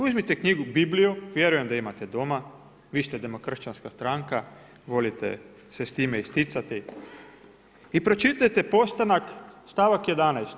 Uzmite knjigu Bibliju, vjerujem da imate doma, vi ste demokršćanska stranka, volite se s time isticati, i pročitajte Postanak, stavak 11.